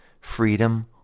freedom